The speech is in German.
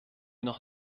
noch